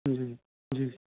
جی جی